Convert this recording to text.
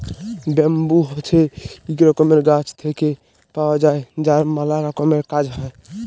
bamboo হছে ইক রকমের গাছ থেক্যে পাওয়া যায় যার ম্যালা রকমের কাজ হ্যয়